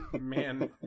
Man